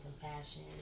compassion